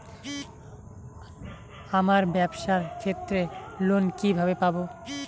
আমার ব্যবসার ক্ষেত্রে লোন কিভাবে পাব?